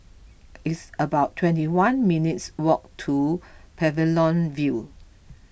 it's about twenty one minutes' walk to Pavilion View